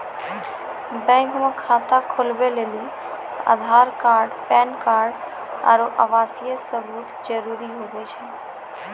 bank मे खाता खोलबै लेली आधार कार्ड पैन कार्ड आरू आवासीय सबूत जरुरी हुवै छै